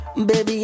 Baby